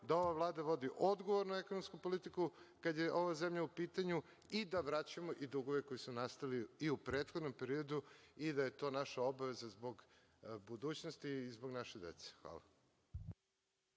da ova Vlada vodi odgovornu ekonomsku politiku kad je ova zemlja u pitanju i da vraćamo dugove koji su nastali i u prethodnom periodu i da je to naša obaveza zbog budućnosti i zbog naše dece. Hvala.